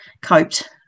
coped